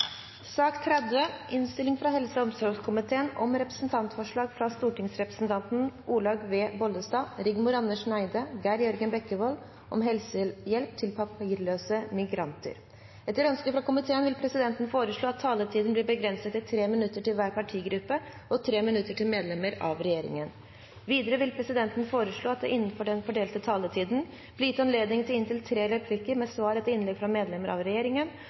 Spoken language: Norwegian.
sak nr. 30. Etter ønske fra helse- og omsorgskomiteen vil presidenten foreslå at taletiden blir begrenset til 3 minutter til hver partigruppe og 3 minutter til medlemmer av regjeringen. Videre vil presidenten foreslå at det – innenfor den fordelte taletid – blir gitt anledning til replikkordskifte på inntil tre replikker med svar etter innlegg fra medlemmer av regjeringen,